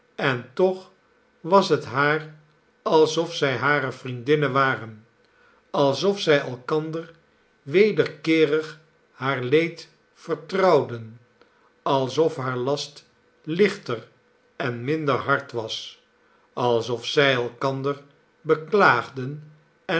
en toch was het haar alsof zij hare vriendinnen waren alsof zij elkander wederkeerig haar leed vertrouwden alsof haar last lichter en minder hard was alsof zij elkander beklaagden en